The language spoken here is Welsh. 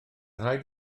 rhaid